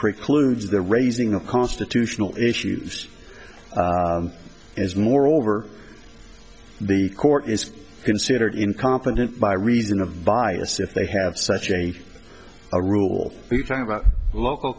precludes the raising of constitutional issues as moreover the court is considered incompetent by reason of bias if they have such a rule about local